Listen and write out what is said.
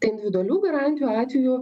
tai individualių garantijų atveju